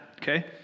Okay